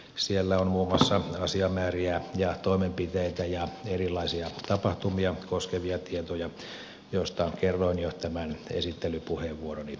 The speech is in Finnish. siellä on muun muassa asiamääriä ja toimenpiteitä ja erilaisia tapahtumia koskevia tietoja joista kerroin jo tämän esittelypuheenvuoroni alussa